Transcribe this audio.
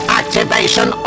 activation